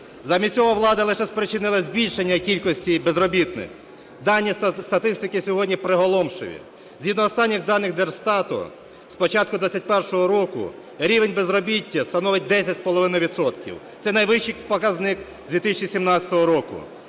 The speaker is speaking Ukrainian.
Замість цього влада лише спричинила збільшення кількості безробітних, дані статистики сьогодні приголомшливі. Згідно останніх даних Держстату, з початку 2021 року рівень безробіття становить 10 з половиною відсотків, це найвищий показник з 2017 року.